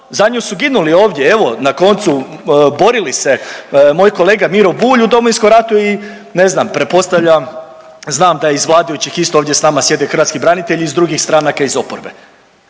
za nju su ginuli ovdje, evo na koncu borili se moj kolega Miro Bulj u Domovinskom ratu i ne znam pretpostavljam, znam da i iz vladajućih isto ovdje s nama sjede hrvatski branitelji i iz drugih stranaka i iz oporbe.